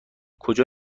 کجا